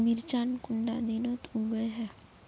मिर्चान कुंडा दिनोत उगैहे?